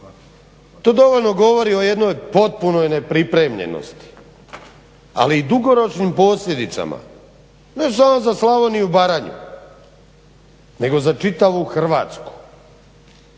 To dovoljno govori o jednoj potpunoj nepripremljenosti, ali i dugoročnim posljedicama, ne samo za Slavoniju i Baranju nego za čitavu Hrvatsku.